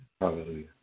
Hallelujah